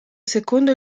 secondo